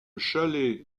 chalet